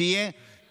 כדי שתהיה תחרות,